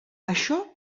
això